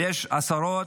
ויש עשרות,